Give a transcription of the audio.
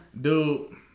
Dude